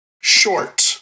short